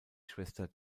schwester